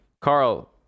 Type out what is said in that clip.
Carl